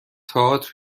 تئاتر